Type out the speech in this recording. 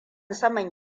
saman